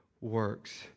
works